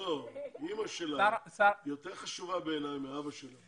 אמא שלה יותר חשובה בעיניי מאבא שלה.